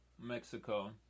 Mexico